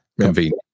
Convenient